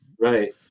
right